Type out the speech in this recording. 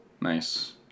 Nice